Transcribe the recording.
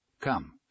Come